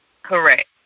Correct